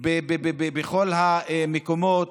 בכל המקומות,